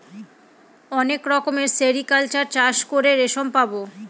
অনেক রকমের সেরিকালচার চাষ করে রেশম পাবো